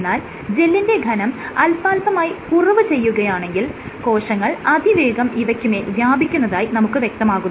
എന്നാൽ ജെല്ലിന്റെ ഘനം അല്പാല്പമായി കുറവ് ചെയ്യുകയാണെങ്കിൽ കോശങ്ങൾ അതിവേഗം ഇവയ്ക്ക് മേൽ വ്യാപിക്കുന്നതായി നമുക്ക് വ്യക്തമാകുന്നു